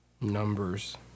numbers